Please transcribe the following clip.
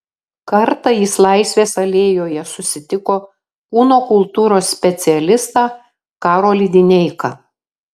kartą jis laisvės alėjoje susitiko kūno kultūros specialistą karolį dineiką